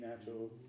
natural